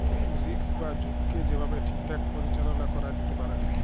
risk বা ঝুঁকিকে যে ভাবে ঠিকঠাক পরিচাললা ক্যরা যেতে পারে